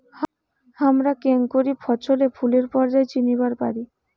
হামরা কেঙকরি ফছলে ফুলের পর্যায় চিনিবার পারি?